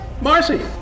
Marcy